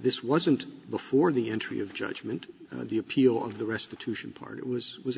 this wasn't before the entry of judgment of the appeal of the restitution part it was was